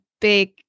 big